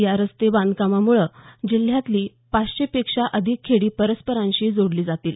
या रस्ते बांधकामामुळे जिल्ह्यातली पाचशेपेक्षा अधिक खेडी परस्परांशी जोडली जातील